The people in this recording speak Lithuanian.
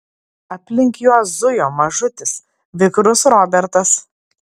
aplink juos zujo mažutis vikrus robertas